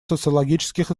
социологических